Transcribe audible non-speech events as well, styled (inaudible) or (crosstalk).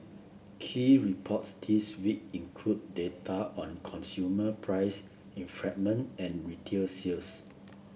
key reports this week include data (unintelligible) on consumer price (unintelligible) and retail sales